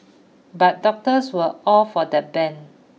but doctors were all for the ban